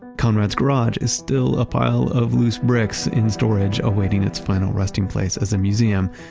conrad's garage is still a pile of loose bricks in storage awaiting its final resting place as a museum.